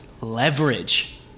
Leverage